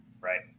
right